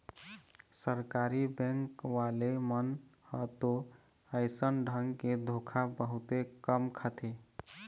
सरकारी बेंक वाले मन ह तो अइसन ढंग के धोखा बहुते कम खाथे